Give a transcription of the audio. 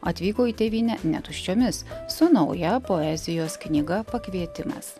atvyko į tėvynę ne tuščiomis su nauja poezijos knyga pakvietimas